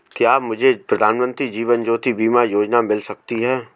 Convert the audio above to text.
क्या मुझे प्रधानमंत्री जीवन ज्योति बीमा योजना मिल सकती है?